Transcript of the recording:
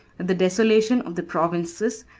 the desolation of the provinces,